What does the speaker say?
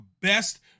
Best